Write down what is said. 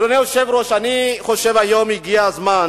אדוני היושב-ראש, אני חושב שהגיע הזמן